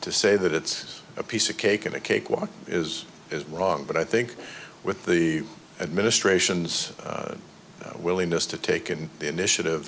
to say that it's a piece of cake and a cake walk is wrong but i think with the administration's willingness to taken the initiative